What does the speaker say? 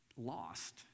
lost